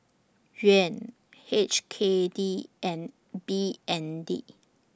Yuan H K D and B N D